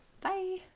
Bye